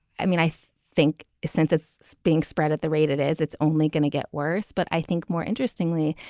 i mean, i think since it's so being spread at the rate it is, it's only going to get worse. but i think more interestingly,